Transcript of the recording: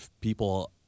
people